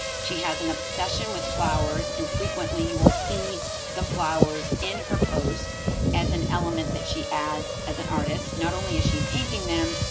she has an obsession with flowers. and frequently, you will see the flowers in her posts as an element that she adds as an artist. not only is she painting them,